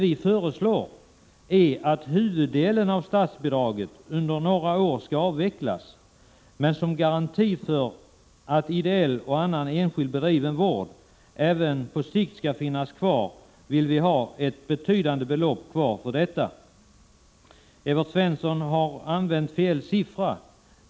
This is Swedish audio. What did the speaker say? Vi föreslår att huvuddelen av statsbidraget under några år skall avvecklas. Men som garanti för att ideell och annan enskilt bedriven vård även på sikt skall finnas kvar vill vi ha ett betydande belopp kvar för detta. Evert Svensson har använt fel siffra.